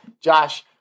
Josh